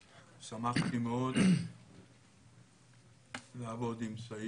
שמחתי מאוד לעבוד עם סעיד.